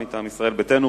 מטעם ישראל ביתנו,